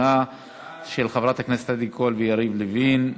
של חברי הכנסת עדי קול ויריב לוין,